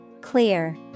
Clear